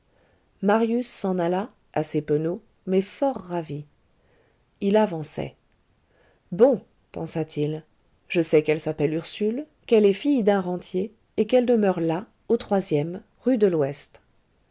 marius s'en alla assez penaud mais fort ravi il avançait bon pensa-t-il je sais qu'elle s'appelle ursule qu'elle est fille d'un rentier et qu'elle demeure là au troisième rue de l'ouest